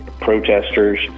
protesters